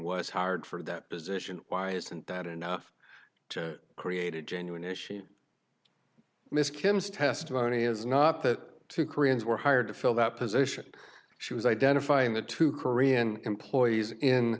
was hard for that position why isn't that enough to create a genuine issue miss kim's testimony is not that two koreans were hired to fill that position she was identifying the two korean employees in